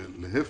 להיפך,